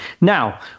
now